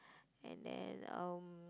and then um